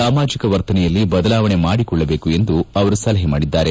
ಸಾಮಾಜಿಕ ವರ್ತನೆಯಲ್ಲಿ ಬದಲಾವಣೆ ಮಾಡಿಕೊಳ್ಲಬೇಕು ಎಂದು ಅವರು ಸಲಹೆ ಮಾಡಿದ್ದಾರೆ